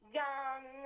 young